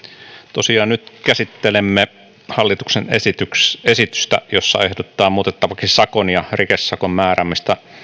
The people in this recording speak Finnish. tosiaan nyt käsittelemme hallituksen esitystä jossa ehdotetaan muutettavaksi sakon ja rikesakon määräämisestä